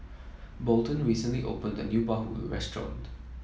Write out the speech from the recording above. Bolden recently opened a new Bahulu restaurant